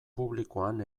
publikoan